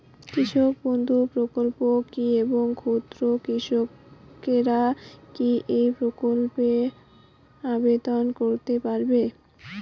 কৃষক বন্ধু প্রকল্প কী এবং ক্ষুদ্র কৃষকেরা কী এই প্রকল্পে আবেদন করতে পারবে?